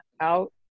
out